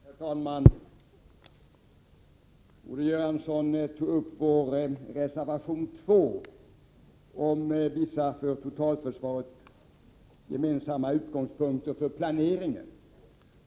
Herr talman! Olle Göransson tog upp vår reservation 2 om vissa för totalförsvaret gemensamma utgångspunkter för planeringen.